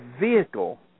vehicle